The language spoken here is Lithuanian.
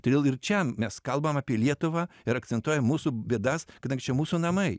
todėl ir čia mes kalbam apie lietuvą ir akcentuojam mūsų bėdas kadangi čia mūsų namai